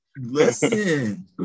Listen